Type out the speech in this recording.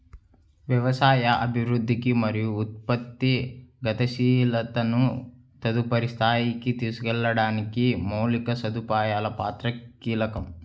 వ్యవసాయ అభివృద్ధికి మరియు ఉత్పత్తి గతిశీలతను తదుపరి స్థాయికి తీసుకెళ్లడానికి మౌలిక సదుపాయాల పాత్ర కీలకం